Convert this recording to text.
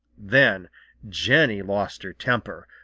then jenny lost her temper,